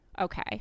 Okay